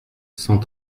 cent